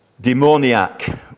demoniac